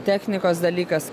technikos dalykas